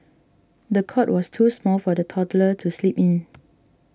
the cot was too small for the toddler to sleep in